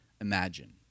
Imagine